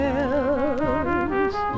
else